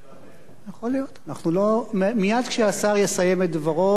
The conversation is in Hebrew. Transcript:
מייד כשהשר יסיים את דברו אנחנו נעבור להצבעה,